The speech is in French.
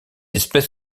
espèce